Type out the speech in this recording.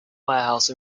warehouse